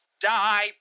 Die